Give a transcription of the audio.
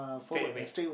straight away